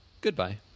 goodbye